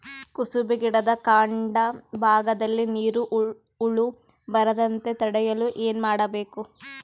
ಕುಸುಬಿ ಗಿಡದ ಕಾಂಡ ಭಾಗದಲ್ಲಿ ಸೀರು ಹುಳು ಬರದಂತೆ ತಡೆಯಲು ಏನ್ ಮಾಡಬೇಕು?